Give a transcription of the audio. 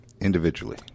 Individually